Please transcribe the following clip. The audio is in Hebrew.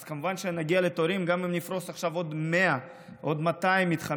אז כמובן שנגיע לתורים גם אם נפרוס עכשיו עוד 100 ועוד 200 מתחמים.